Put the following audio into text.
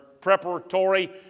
preparatory